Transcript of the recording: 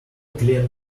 clean